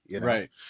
Right